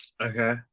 okay